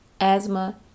asthma